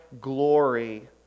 glory